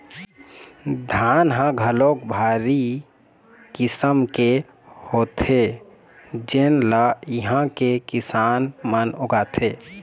धान ह घलोक भारी किसम के होथे जेन ल इहां के किसान मन उगाथे